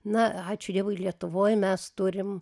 na ačiū dievui lietuvoj mes turim